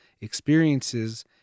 experiences